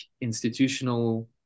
institutional